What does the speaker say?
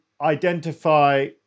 identify